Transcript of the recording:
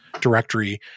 directory